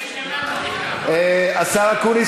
השר אקוניס,